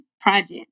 project